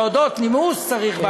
נימוס צריך.